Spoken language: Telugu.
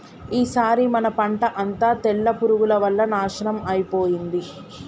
ఈసారి మన పంట అంతా తెల్ల పురుగుల వల్ల నాశనం అయిపోయింది